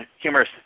humorous